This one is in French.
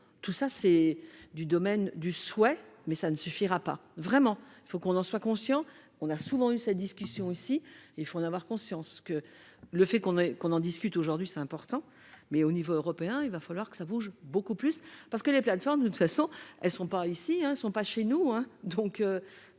tout ça c'est du domaine du souhait mais ça ne suffira pas, vraiment, il faut qu'on en soit conscient, on a souvent eu cette discussion aussi, il faut en avoir conscience que le fait qu'on est qu'on en discute aujourd'hui c'est important, mais au niveau européen, il va falloir que ça bouge beaucoup plus, parce que les plateformes de toute façon, elles ne sont pas ici ne sont pas chez nous,